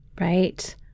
Right